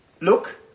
Look